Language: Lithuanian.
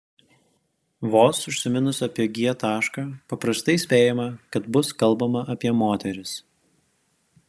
vos užsiminus apie g tašką paprastai spėjama kad bus kalbama apie moteris